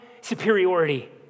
superiority